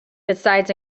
besides